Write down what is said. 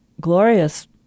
glorious